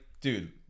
dude